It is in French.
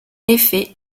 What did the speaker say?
effet